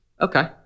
Okay